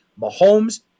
Mahomes